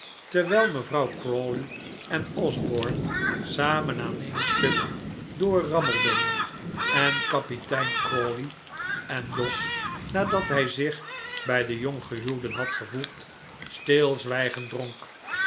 terwijl mevrouw crawley en osborne samen aan een stuk door rammelden en kapitein crawley en jos nadat hij zich bij de jonggehuwden had gevoegd stilzwijgend